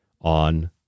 on